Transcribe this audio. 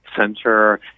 Center